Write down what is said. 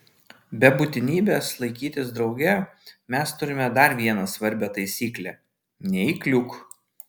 be būtinybės laikytis drauge mes turime dar vieną svarbią taisyklę neįkliūk